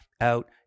out